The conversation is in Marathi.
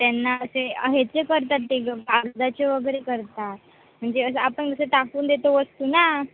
त्यांना असे ह्याचे करतात ते गं कागदाचे वगैरे करतात म्हणजे असं आपण कसं टाकून देतो वस्तू ना